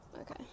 Okay